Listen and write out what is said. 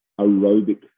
aerobic